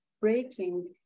breaking